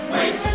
Wait